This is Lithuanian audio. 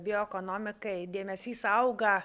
bioekonomikai dėmesys auga